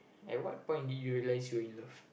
at what point did you realise you were in love